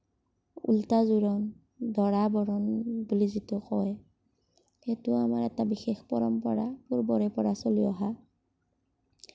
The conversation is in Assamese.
উল্টা জোৰোণ দৰাবৰণ বুলি যিটো কয় সেইটো আমাৰ এটা বিশেষ পৰম্পৰা পূৰ্বৰে পৰা চলি অহা